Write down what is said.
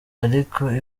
ariko